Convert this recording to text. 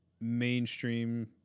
mainstream